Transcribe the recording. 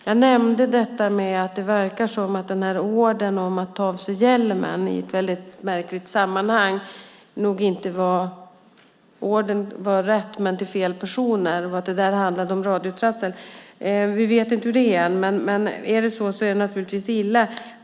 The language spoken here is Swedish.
Jag nämnde att det verkar som om ordern att i ett mycket märkligt sammanhang ta av sig hjälmen visserligen var rätt men riktad till fel personer samt att det handlade om radiotrassel. Vi vet ännu inte hur det var, men om det var så är det naturligtvis illa.